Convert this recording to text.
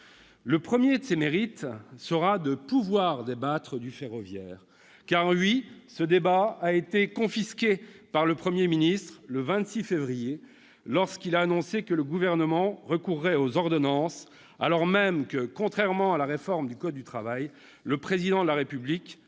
de ce texte est de nous permettre de débattre du ferroviaire. Ce débat a été confisqué par le Premier ministre, le 26 février, lorsqu'il a annoncé que le Gouvernement recourrait aux ordonnances, alors même que, contrairement à la réforme du code du travail, le Président de la République